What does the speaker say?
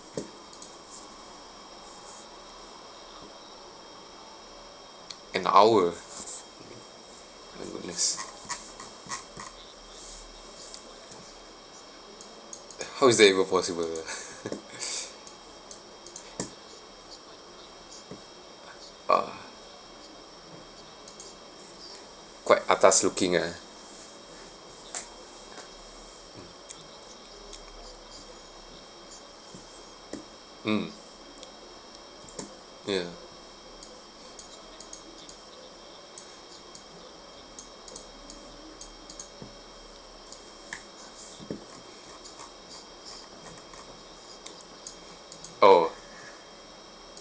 an hour I'm the next how is that even possible ah quite atas looking ah mm ya orh